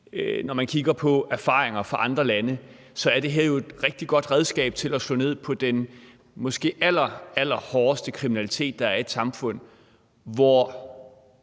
Når man kigger på erfaringer fra andre lande, kan man jo se, at det her er et rigtig godt redskab til at slå ned på den måske allerallerhårdeste kriminalitet, der er i et samfund, hvor